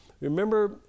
remember